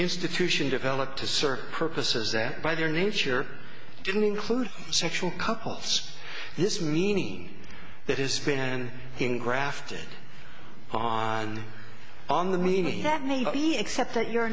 institution developed to serve purposes that by their nature didn't include sexual couples this meaning that it's been grafted upon on the meaning that maybe except that your